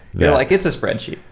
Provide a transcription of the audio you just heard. they're like, it's a spreadsheet.